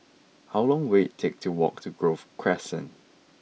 how long will it take to walk to Grove Crescent